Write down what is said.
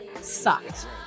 sucked